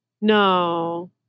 No